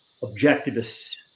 objectivists